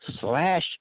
slash